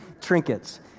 trinkets